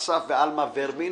אסף ואלמה ורבין,